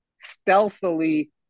stealthily